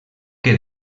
que